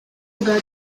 bwa